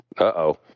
Uh-oh